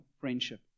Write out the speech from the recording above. friendship